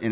in